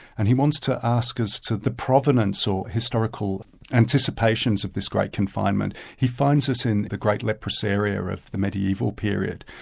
and he wants to ask us to the provenance or historical anticipations of this great confinement. he finds this in the great leprosaria of the mediaeval period,